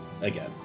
again